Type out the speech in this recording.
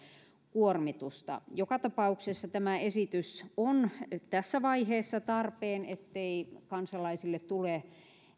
kuormitusta joka tapauksessa tämä esitys on tässä vaiheessa tarpeen ettei kansalaisille tule